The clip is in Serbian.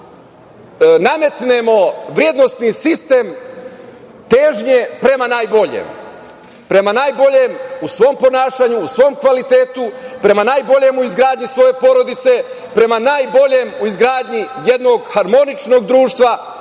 nametnemo vrednosni sistem težnje prema najboljem u svom ponašanju, u svom kvalitetu, prema najboljem u izgradnji svoje porodice, prema najboljem u izgradnji jednog harmoničnog društva,